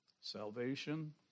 Salvation